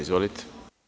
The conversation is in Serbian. Izvolite.